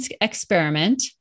experiment